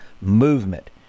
movement